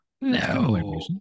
No